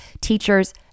teachers